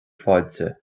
fáilte